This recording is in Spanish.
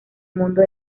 mundo